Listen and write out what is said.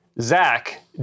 Zach